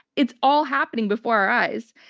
it's all happening before our eyes.